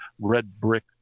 red-brick